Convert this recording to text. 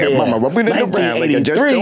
1983